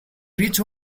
reach